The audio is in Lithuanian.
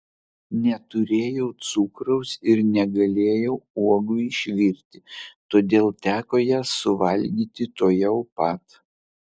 neturėjau cukraus ir negalėjau uogų išvirti todėl teko jas suvalgyti tuojau pat